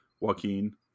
Joaquin